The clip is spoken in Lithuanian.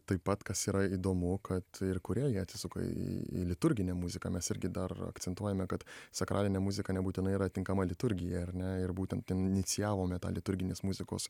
taip pat kas yra įdomu kad ir kūrėjai atsisuka į liturginę muziką mes irgi dar akcentuojame kad sakralinė muzika nebūtinai yra tinkama liturgijai ar ne ir būtent ten inicijavome tą liturginės muzikos